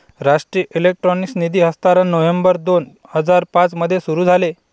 राष्ट्रीय इलेक्ट्रॉनिक निधी हस्तांतरण नोव्हेंबर दोन हजार पाँच मध्ये सुरू झाले